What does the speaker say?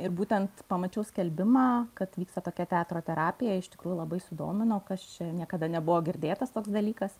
ir būtent pamačiau skelbimą kad vyksta tokia teatro terapija iš tikrųjų labai sudomino kas čia niekada nebuvo girdėtas toks dalykas